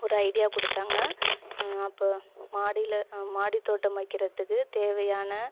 ஒரு ஐடியா கொடுத்தாங்க அப்போது மாடியில் மாடி தோட்டம் வைக்கிறத்துக்கு தேவையான